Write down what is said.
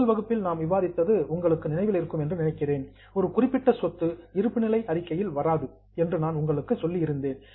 முதல் வகுப்பில் நாம் விவாதித்தது உங்கள் நினைவில் இருக்கும் என்று நினைக்கிறேன் ஒரு குறிப்பிட்ட சொத்து இருப்பு நிலை அறிக்கையில் வராது என்று நான் உங்களுக்குச் சொல்லியிருந்தேன்